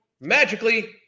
magically